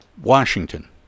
Washington